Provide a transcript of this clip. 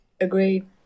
Agreed